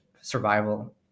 survival